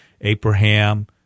Abraham